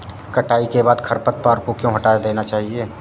कटाई के बाद खरपतवार को क्यो हटा देना चाहिए?